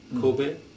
Kobe